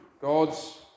God's